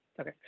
Okay